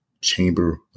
chamber